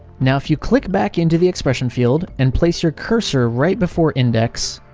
now if you click back into the expression field and place your cursor right before index,